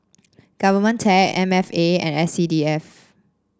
Govtech M F A and S C D F